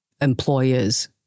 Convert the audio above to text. employers